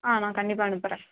ஆ நான் கண்டிப்பாக அனுப்புறேன்